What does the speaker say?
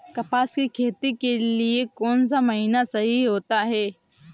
कपास की खेती के लिए कौन सा महीना सही होता है?